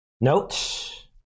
notes